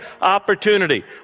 opportunity